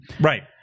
Right